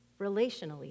relationally